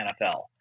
nfl